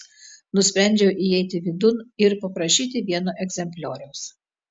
nusprendžiau įeiti vidun ir paprašyti vieno egzemplioriaus